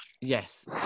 Yes